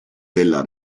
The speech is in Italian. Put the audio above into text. della